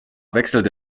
wechselte